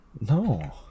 No